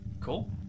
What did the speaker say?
Cool